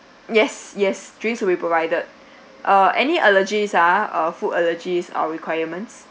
yes yes drinks will be provided uh any allergies ah food allergies or requirements